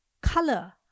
color